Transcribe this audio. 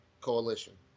Coalition